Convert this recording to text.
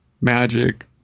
Magic